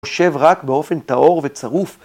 ‫הוא חושב רק באופן טהור וצרוף.